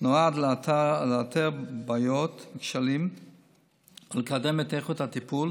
נועד לאתר בעיות וכשלים ולקדם את איכות הטיפול,